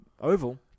oval